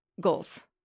goals